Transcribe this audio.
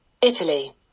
Italy